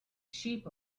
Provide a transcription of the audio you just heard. sheep